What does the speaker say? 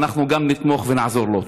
ואנחנו גם נתמוך ונעזור לו.